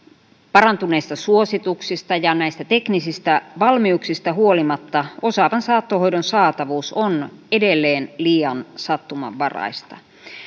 parantuneista suosituksista ja näistä teknisistä valmiuksista huolimatta osaavan saattohoidon saatavuus on edelleen liian sattumanvaraista